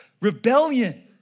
rebellion